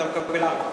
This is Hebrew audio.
אתה מקבל ארבע.